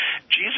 Jesus